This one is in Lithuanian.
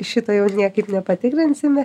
šito jau niekaip nepatikrinsime